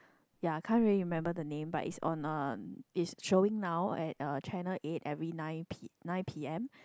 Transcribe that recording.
ya can't really remember the name but is on uh it's showing now at uh channel eight every nine P nine p_m